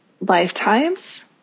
lifetimes